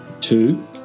two